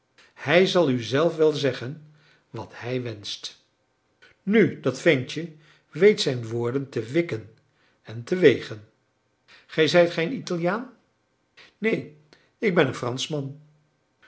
hij zal u zelf wel zeggen wat hij wenscht nu dat ventje weet zijn woorden te wikken en te wegen gij zijt geen italiaan neen ik ben een franschman